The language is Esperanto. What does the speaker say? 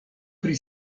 pri